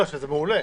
זה מעולה.